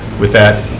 with that,